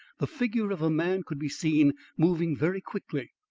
the figure of a man could be seen moving very quickly.